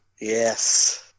Yes